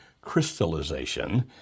crystallization